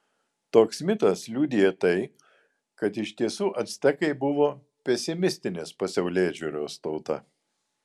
toks mitas liudija tai kad iš tiesų actekai buvo pesimistinės pasaulėžiūros tauta